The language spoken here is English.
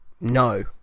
no